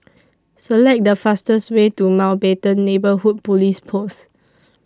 Select The fastest Way to Mountbatten Neighbourhood Police Post